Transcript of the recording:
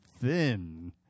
thin